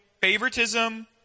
favoritism